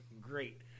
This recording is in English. great